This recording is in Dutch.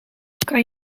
kan